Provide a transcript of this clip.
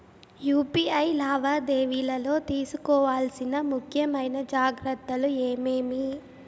UPI లావాదేవీలలో తీసుకోవాల్సిన ముఖ్యమైన జాగ్రత్తలు ఏమేమీ?